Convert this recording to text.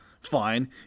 Fine